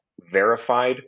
Verified